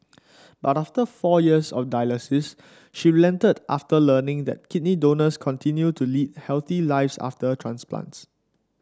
but after four years of dialysis she relented after learning that kidney donors continue to lead healthy lives after transplants